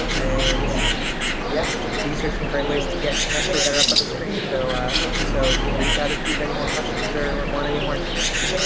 and yes, yeah these are some great ways to get connected that are up on the screen. so so reach out if you have any more questions or want any more information.